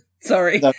sorry